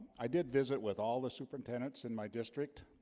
i did visit with all the superintendents in my district,